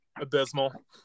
Abysmal